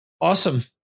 Awesome